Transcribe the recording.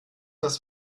das